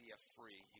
free